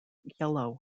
yellow